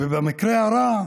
ובמקרה הרע,